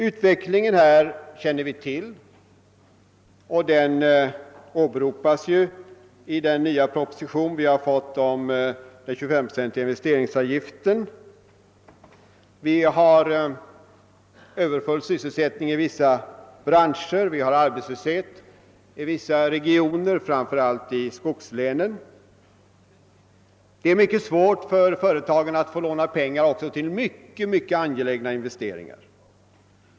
Utvecklingen på det ekonomiska området känner vi till; den åberopas också i den nya propositionen om en 25 procentig investeringsavgift. Det råder överfull sysselsättning i vissa branscher, men arbetslöshet inom vissa regioner, framför allt i skogslänen. Det är svårt för företag att få låna pengar även till mycket angelägna investeringar.